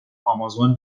آمازون